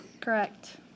Correct